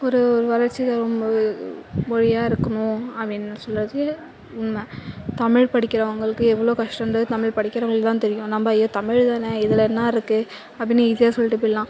ஒரு வளர்ச்சி தரும் மொழியாக இருக்கணும் அப்படின்னு தமிழ் படிக்கிறவங்களுக்கு எவ்வளோ கஷ்டோன்றது தமிழ் படிக்கிறவங்களுக்கு தான் தெரியும் நம்ப அய்ய தமிழ்தானே இதில் என்ன இருக்கு அப்படின்னு ஈஸியாக சொல்லிட்டு போயிடலாம்